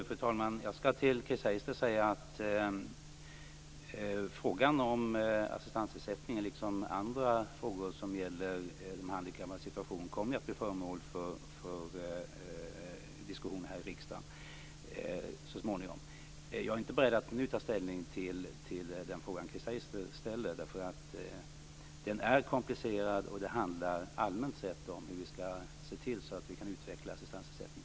Fru talman! Jag skall till Chris Heister säga att frågan om assistansersättningen liksom andra frågor som gäller de handikappades situation kommer att bli föremål för diskussion här i riksdagen så småningom. Jag är inte beredd att nu ta ställning till den fråga som Chris Heister ställer, därför att den är komplicerad. Detta handlar allmänt sett om hur vi skall se till så att vi kan utveckla assistansersättningen.